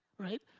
right?